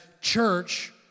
church